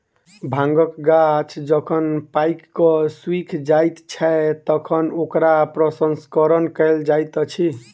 भांगक गाछ जखन पाइक क सुइख जाइत छै, तखन ओकरा प्रसंस्करण कयल जाइत अछि